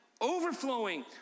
overflowing